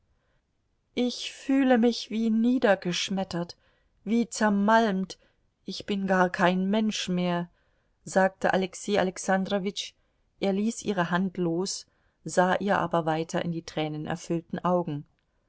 ich fühle mich wie niedergeschmettert wie zermalmt ich bin gar kein mensch mehr sagte alexei alexandrowitsch er ließ ihre hand los sah ihr aber weiter in die tränenerfüllten augen